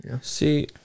See